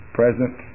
present